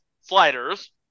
Sliders